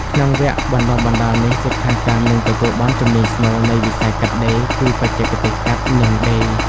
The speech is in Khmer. ក្នុងវគ្គបណ្តុះបណ្តាលនេះ សិក្ខាកាមនឹងទទួលបានជំនាញស្នូលនៃវិស័យកាត់ដេរ គឺ បច្ចេកទេសកាត់ និងដេរ។